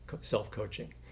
self-coaching